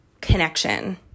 connection